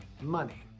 money